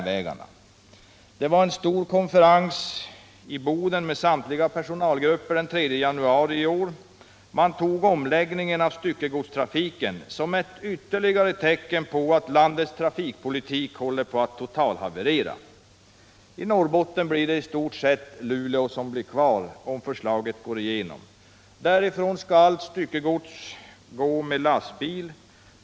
Vid en stor konferens med samtliga personalgrupper i Boden den 3 januari tog man omläggningen av styckegodstrafiken som ett ytterligare tecken på att landets trafikpolitik håller på att totalhaverera. I Norrbotten blir i stort sett bara Luleå kvar, om förslaget går igenom. Därifrån skall allt styckegods gå med lastbil.